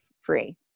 free